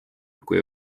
kui